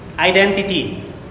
Identity